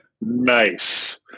Nice